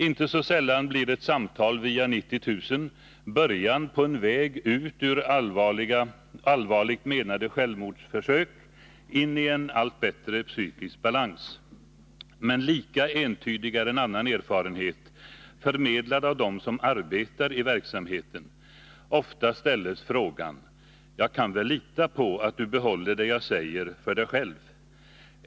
Inte så sällan blir ett samtal via 90 000 början på en väg ut ur allvarligt menade självmordsförsök, in i en allt bättre psykisk balans. Men lika entydig är en annan erfarenhet, förmedlad av dem som arbetar i verksamheten. Ofta ställs frågan: Jag kan väl lita på att du behåller det jag säger för dig själv?